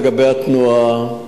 לגבי התנועה.